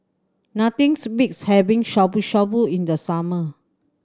nothings beats having Shabu Shabu in the summer